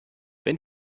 wenn